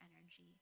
energy